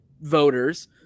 voters